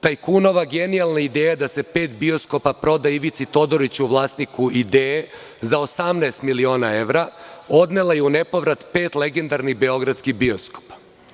Tajkunova genijalna ideja da se pet bioskopa proda Ivici Todoriću, vlasniku „Idee“ za 18 miliona evra, odnela je u nepovrat pet legendarnih beogradskih bioskopa.